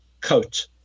coat